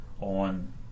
on